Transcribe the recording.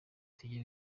tugiye